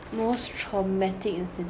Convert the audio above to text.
most traumatic incident